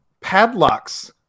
padlocks